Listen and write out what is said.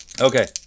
Okay